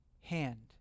hand